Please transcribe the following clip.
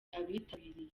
abitabiriye